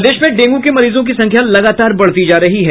प्रदेश में डेंगू के मरीजों की संख्या लगातार बढ़ती जा रही है